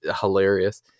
hilarious